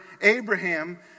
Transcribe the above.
Abraham